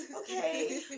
Okay